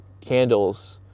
candles